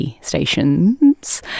stations